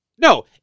No